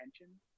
attention